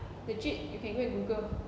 legit you can go and google